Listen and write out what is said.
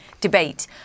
debate